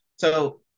So-